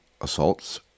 assaults